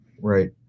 right